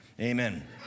Amen